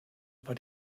war